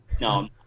No